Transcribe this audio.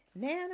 Nana